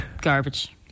garbage